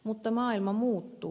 mutta maailma muuttuu